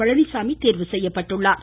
பழனிசாமி தேர்வு செய்யப்பட்டுள்ளார்